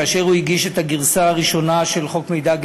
כאשר הוא הגיש את הגרסה הראשונה של חוק מידע גנטי,